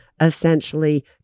essentially